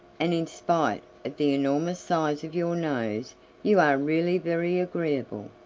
and in spite of the enormous size of your nose you are really very agreeable.